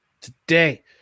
today